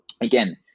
again